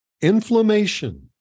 inflammation